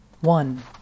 One